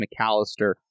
McAllister